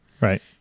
Right